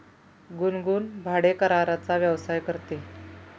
गुनगुन भाडेकराराचा व्यवसाय करते